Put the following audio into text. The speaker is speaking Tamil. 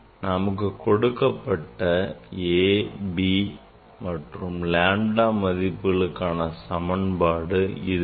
நமக்கு கொடுக்கப்பட்ட a b and lambda மதிப்புகளுக்கான சமன்பாடு இதுதான்